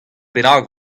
bennak